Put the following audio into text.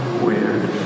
weird